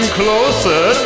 closer